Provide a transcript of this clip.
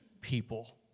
people